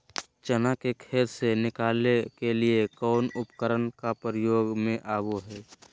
चना के खेत से निकाले के लिए कौन उपकरण के प्रयोग में आबो है?